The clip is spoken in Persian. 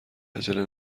عجله